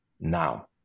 now